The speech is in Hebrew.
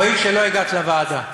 רואים שלא הגעת לוועדה.